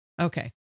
Okay